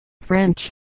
french